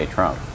Trump